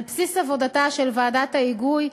על בסיס עבודתה של ועדת ההיגוי,